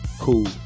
cool